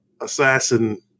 Assassin